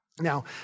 Now